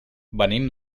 venim